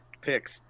picks